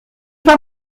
pas